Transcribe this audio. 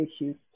issues